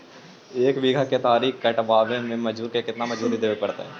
एक बिघा केतारी कटबाबे में मजुर के केतना मजुरि देबे पड़तै?